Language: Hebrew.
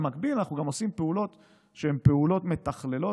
במקביל אנחנו גם עושים פעולות שהן פעולות מתכללות,